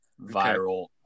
viral